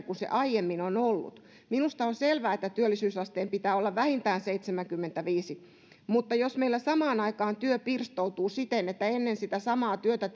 kuin se aiemmin on ollut minusta on selvää että työllisyysasteen pitää olla vähintään seitsemänkymmentäviisi mutta jos meillä samaan aikaan työ pirstoutuu siten että ennen sitä samaa työtä